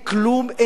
אין כלום,